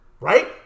Right